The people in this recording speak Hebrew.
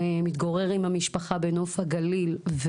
מתגורר עם המשפחה בנוף הגליל,